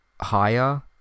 higher